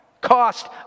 Cost